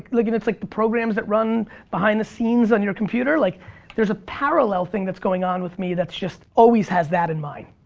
like it's like the programs that run behind the scenes on your computer. like there's a parallel thing that's going on with me that's just always has that in mind.